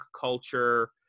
culture